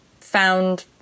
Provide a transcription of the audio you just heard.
found